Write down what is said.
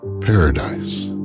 paradise